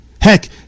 Heck